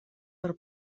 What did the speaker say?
per